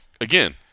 again